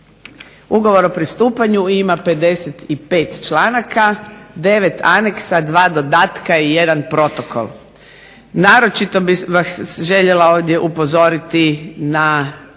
Ugovor o pristupanju ima 55 članaka, 9 aneksa, 2 dodatka i 1 protokol. Naročito bih vas željela ovdje upozoriti na